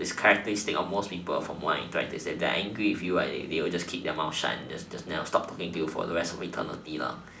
is characteristic on most people when what I interact they're they're angry with you they they will keep their mouth shut and just just stop talking to you for rest of the eternity